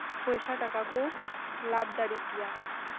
ᱯᱚᱭᱥᱟ ᱴᱟᱠᱟ ᱠᱚ ᱞᱟᱵᱽ ᱫᱟᱲᱮᱜ ᱜᱮᱭᱟ